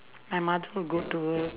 my mother will go to work